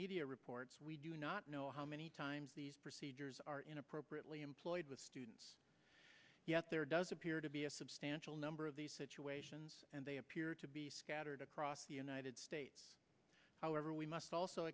media reports we do not know how many times these procedures are in appropriately employed with students yet there does appear to be a substantial number of these situations and they appear to be scattered across the united states however we must also